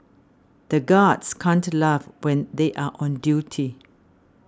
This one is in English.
the guards can't laugh when they are on duty